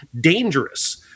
dangerous